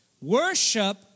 Worship